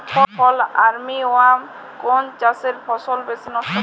ফল army worm কোন চাষের ফসল বেশি নষ্ট করে?